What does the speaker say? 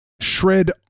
shred